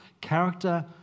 character